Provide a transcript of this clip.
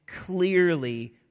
clearly